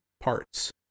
parts